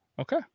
okay